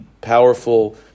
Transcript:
powerful